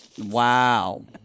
Wow